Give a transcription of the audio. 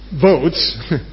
votes